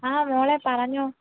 ആ മോളെ പറഞ്ഞോ